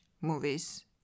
movies